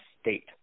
state